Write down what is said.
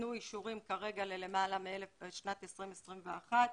ניתנו אישורים כרגע לשנת 20', 21',